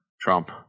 trump